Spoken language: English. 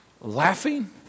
laughing